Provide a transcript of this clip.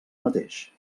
mateix